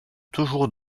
toujours